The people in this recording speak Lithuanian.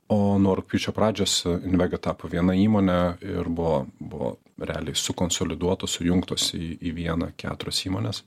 o nuo rugpjūčio pradžios invega tapo viena įmone ir buvo buvo realiai sukonsoliduotos sujungtos į į vieną keturios įmonės